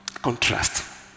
Contrast